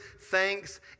thanks